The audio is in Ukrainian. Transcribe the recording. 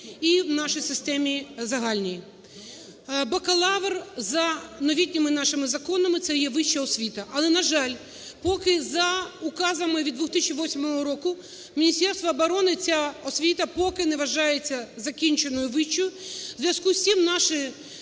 і в нашій системі загальній. Бакалавр, за новітніми нашими законами, це є вища освіта. Але, на жаль, поки за указами від 2008 року в Міністерства оброни ця освіта поки не вважається закінченою вищою.